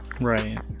Right